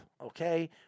Okay